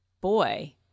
boy